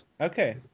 Okay